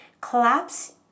collapse